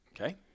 Okay